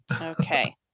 okay